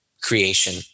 creation